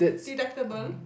deductible